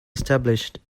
established